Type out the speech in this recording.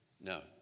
No